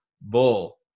Bull